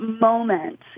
moment